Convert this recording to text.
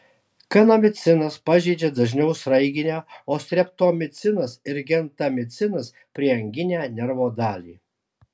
kanamicinas pažeidžia dažniau sraiginę o streptomicinas ir gentamicinas prieanginę nervo dalį